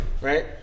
Right